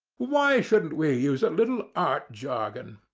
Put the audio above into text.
why shouldn't we use a little art jargon.